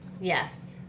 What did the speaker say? Yes